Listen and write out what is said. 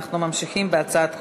אנחנו ממשיכים בהצעות החוק.